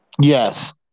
Yes